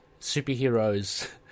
superheroes